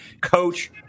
coach